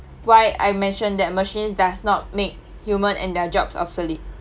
why I mention that machines does not make human and their jobs obsolete